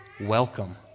Welcome